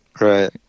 right